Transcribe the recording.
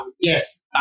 yes